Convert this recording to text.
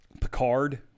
Picard